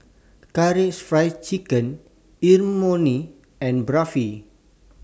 Karaage Fried Chicken Imoni and Barfi